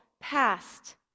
past